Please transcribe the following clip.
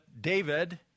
David